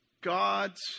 God's